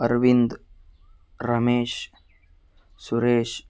Arvind Ramesh Suresh